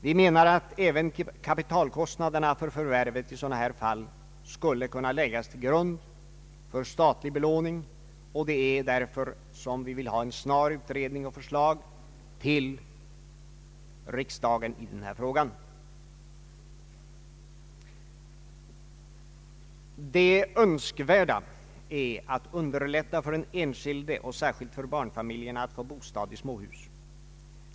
Vi menar att även kapitalkostnaderna för förvärv i sådana här fall skulle kunna läggas till grund för statlig belåning, och det är därför som vi vill ha en snar utredning och förslag till riksdagen i denna fråga. Det önskvärda är att underlätta för den enskilde och särskilt för barnfamiljerna att få bostad i småhus.